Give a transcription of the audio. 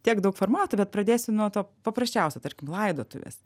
tiek daug formatų bet pradėsiu nuo to paprasčiausio tarkim laidotuvės